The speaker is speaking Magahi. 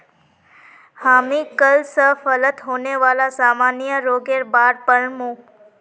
हामी कल स फलत होने वाला सामान्य रोगेर बार पढ़ मु